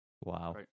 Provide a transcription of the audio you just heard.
Wow